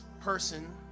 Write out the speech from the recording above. person